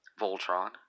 Voltron